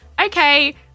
Okay